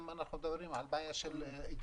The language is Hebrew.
אנחנו מדברים על בעיית כבישים,